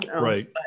right